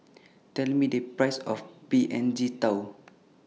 Tell Me The Price of P N G Tao